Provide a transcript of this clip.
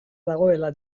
dagoela